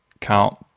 count